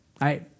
right